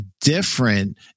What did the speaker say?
different